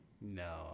no